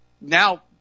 now